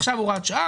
עכשיו הוראת שעה,